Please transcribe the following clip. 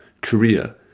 Korea